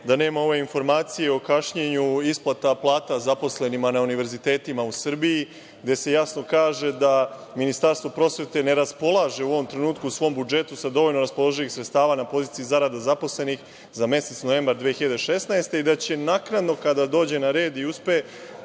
da nema ove informacije o kašnjenju isplata plata zaposlenima na univerzitetima u Srbiji gde se jasno kaže da Ministarstvo prosvete ne raspolaže u ovom trenutku u svom budžetu sa dovoljno raspoloživih sredstava na poziciji zarada zaposlenih za mesec novembar 2016. godine i da će naknadno kada dođe na red i uspe